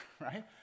right